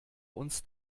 uns